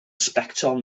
sbectol